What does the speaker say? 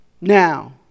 Now